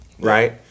right